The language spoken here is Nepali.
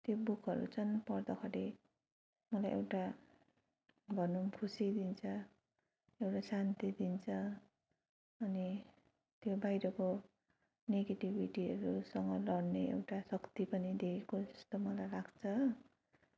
त्यो बुकहरू चाहिँ पढ्दाखेरि मलाई एउटा भनौँ खुसी दिन्छ एउटा शान्ति दिन्छ अनि त्यो बाहिरको नेगेटिभिटीहरूसँग लड्ने एउटा शक्ति पनि दिएको जस्तो मलाई लाग्छ